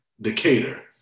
Decatur